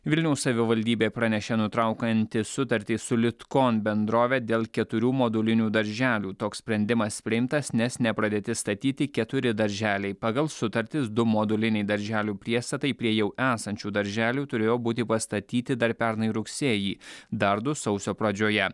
vilniaus savivaldybė pranešė nutraukanti sutartį su litkon bendrove dėl keturių modulinių darželių toks sprendimas priimtas nes nepradėti statyti keturi darželiai pagal sutartis du moduliniai darželių priestatai prie jau esančių darželių turėjo būti pastatyti dar pernai rugsėjį dar du sausio pradžioje